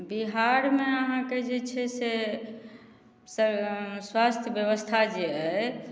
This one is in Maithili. बिहारमे अहाँके जे छै से स्वास्थ्य व्यवस्था जे अहि